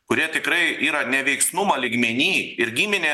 kurie tikrai yra neveiksnumo lygmeny ir giminė